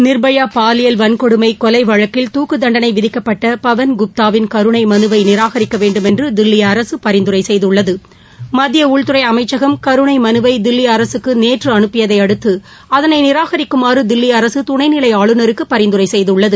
நிர்பயா பாலியல் வன்கொடுமை கொலை வழக்கில் துக்குத் தண்டனை விதிக்கப்பட்ட பவன்குப்தாவின் கருணை மனுவை நிராகரிக்க வேண்டுமென்று தில்லி அரக பரிநதுரை செய்துள்ளது மத்திய உள்துறை அமைச்சகம் கருணை மனுவை தில்வி அரசுக்கு நேற்று அனுப்பியதை அடுத்து அதனை நிராகரிக்குமாறு தில்வி அரசு துணைநிலை ஆளுநருக்கு பரிந்துரை செய்துள்ளது